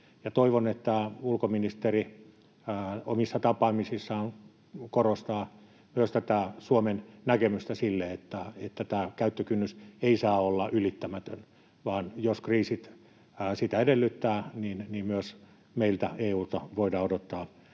Toivon, että ulkoministeri omissa tapaamisissaan korostaa myös tätä Suomen näkemystä siitä, että tämä käyttökynnys ei saa olla ylittämätön, vaan jos kriisit sitä edellyttävät, myös meiltä, EU:lta, voidaan odottaa